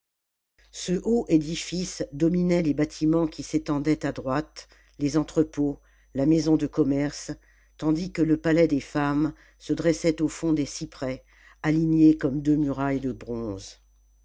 ce haut édifice dominait les bâtiments qui s'étendaient à droite les entrepôts la maison de commerce tandis que le palais des femmes se dressait au fond des cjprès alignés comme deux murailles de bronze